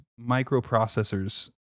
microprocessors